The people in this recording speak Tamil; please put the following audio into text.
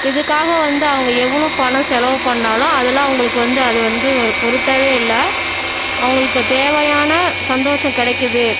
இதுக்காக வந்து அவங்க எவ்வளோ பணம் செலவு பண்ணாலும் அதலாம் அவங்களுக்கு வந்து அது வந்து ஒரு பொருட்டாகவே இல்லை அவங்களுக்குத் தேவையான சந்தோஷம் கிடைக்குது